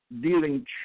dealing